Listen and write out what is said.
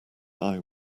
eye